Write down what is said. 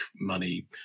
money